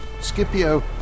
Scipio